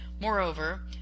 Moreover